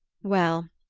well,